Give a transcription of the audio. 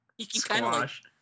squash